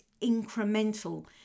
incremental